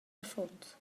affons